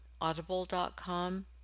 Audible.com